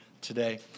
today